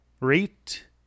rate